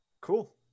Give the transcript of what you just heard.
Cool